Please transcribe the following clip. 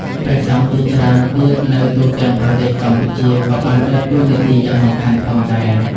ព្រះសង្ឃជាច្រើនទៀតនៅទូទាំងប្រទេសកម្ពុជាក៏បានដើរតួនាទីយ៉ាងសំខាន់ផងដែរ។